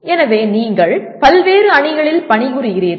எனவே நீங்கள் பல்வேறு அணிகளில் பணிபுரிகிறீர்கள்